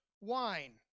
wine